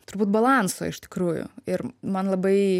turbūt balanso iš tikrųjų ir man labai